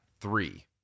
three